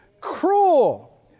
cruel